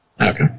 Okay